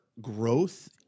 growth